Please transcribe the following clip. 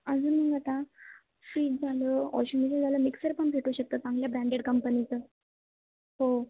अजून मग आता फ्रीज झालं ऑशिंग मशिन झालं मिक्सर पण भेटू शकतं चांगल्या ब्रँडेड कंपनीचं हो